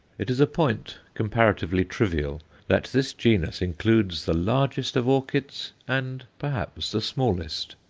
it is a point comparatively trivial that this genus includes the largest of orchids and, perhaps, the smallest.